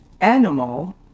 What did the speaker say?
animal